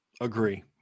Agree